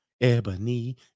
Ebony